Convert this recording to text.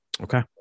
Okay